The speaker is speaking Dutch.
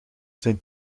zijn